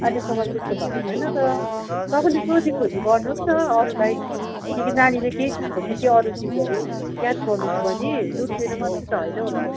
अहिलेसम्म त्यस्तो भएको छैन त तपाईँले सोधिखोजी गर्नोस् न अरूलाई कि नानीले केही खाएको थियो कि अरू चिजहरू याद गर्नुहोस् बहिनी दुधले मात्रै त होइन होला